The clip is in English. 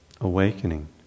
awakening